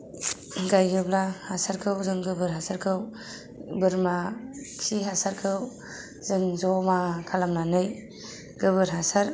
गायोब्ला हासारखौ जों गोबोर हासारखौ बोरमा खि हासारखौ जों जमा खालामनानै गोबोर हासार